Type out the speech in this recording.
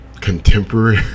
contemporary